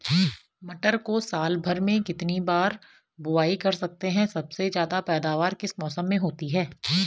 मटर को साल भर में कितनी बार बुआई कर सकते हैं सबसे ज़्यादा पैदावार किस मौसम में होती है?